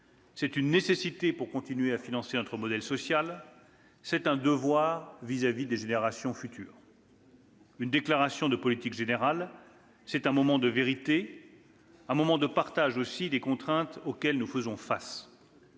C'est une nécessité pour continuer à financer notre modèle social. C'est un devoir vis-à-vis des générations futures. « Une déclaration de politique générale est un moment non seulement de vérité, mais aussi de partage des contraintes auxquelles nous faisons face.